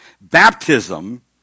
Baptism